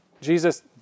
Jesus